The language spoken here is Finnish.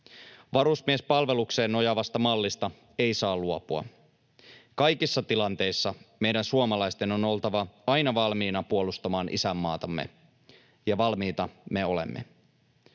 Varusmiespalvelukseen nojaavasta mallista ei saa luopua. Kaikissa tilanteissa meidän suomalaisten on oltava aina valmiina puolustamaan isänmaatamme, ja valmiita me olemme.